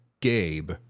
Gabe